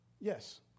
Yes